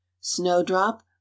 Snowdrop